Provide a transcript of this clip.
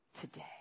today